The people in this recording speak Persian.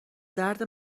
درد